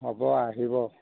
হ'ব আহিব